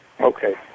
Okay